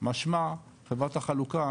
משמע חברת החלוקה